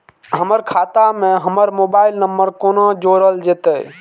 हमर खाता मे हमर मोबाइल नम्बर कोना जोरल जेतै?